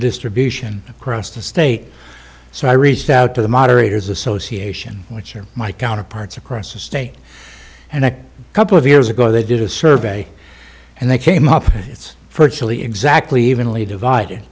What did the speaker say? distribution across the state so i reached out to the moderators association which are my counterparts across the state and a couple of years ago they did a survey and they came up it's for chile exactly evenly divided